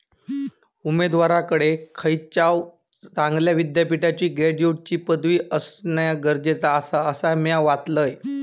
उमेदवाराकडे खयच्याव चांगल्या विद्यापीठाची ग्रॅज्युएटची पदवी असणा गरजेचा आसा, असा म्या वाचलंय